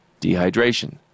dehydration